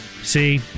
see